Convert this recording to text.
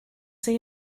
see